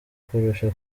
kurusha